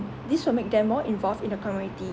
this will make them more involved in the community